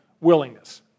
willingness